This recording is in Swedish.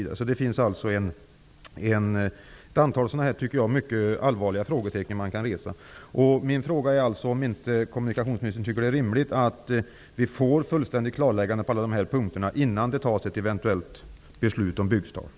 Det finns alltså ett antal mycket allvarliga frågetecken. Tycker inte kommunikationsministern att det är rimligt att vi får ett fullständigt klarläggande på alla dessa punkter innan det fattas ett eventuellt beslut om byggstart?